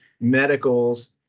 medicals